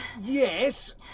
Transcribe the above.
Yes